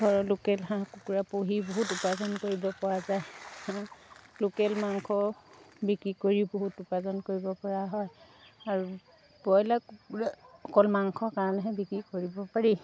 ঘৰৰ লোকেল হাঁহ কুকুৰা পুহি বহুত উপাৰ্জন কৰিব পৰা যায় হাঁহ লোকেল মাংস বিক্ৰী কৰি বহুত উপাৰ্জন কৰিব পৰা হয় আৰু বইলাৰ কুকুৰা অকল মাংসৰ কাৰণেহে বিক্ৰী কৰিব পাৰি